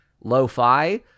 lo-fi